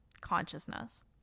consciousness